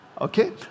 Okay